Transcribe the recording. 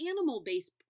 animal-based